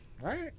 Right